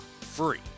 free